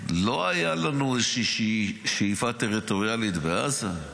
ולא הייתה לנו איזושהי שאיפה טריטוריאלית בעזה.